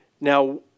Now